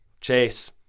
Chase